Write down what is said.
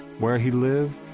where he lived,